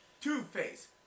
Two-Face